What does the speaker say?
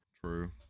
True